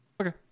Okay